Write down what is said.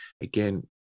again